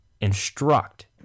instruct